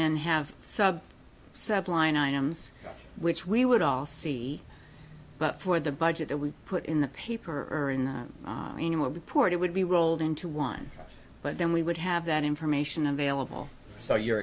then have sub sub line items which we would all see but for the budget that we put in the paper or in the report it would be rolled into one but then we would have that information available so you're